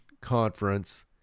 Conference